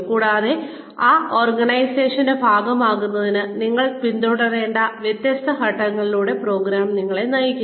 കൂടാതെ ആ ഓർഗനൈസേഷന്റെ ഭാഗമാകുന്നതിന് നിങ്ങൾ പിന്തുടരേണ്ട വ്യത്യസ്ത ഘട്ടങ്ങളിലൂടെ പ്രോഗ്രാം നിങ്ങളെ നയിക്കുന്നു